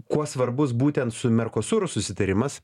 kuo svarbus būtent su merkosuru susitarimas